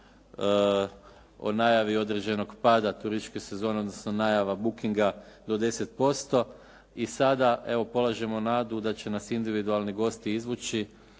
o najavi određenog pada turističke sezone odnosno najava bukinga do 10%. I sada evo polažemo nadu da će nasa individualni gosti izvući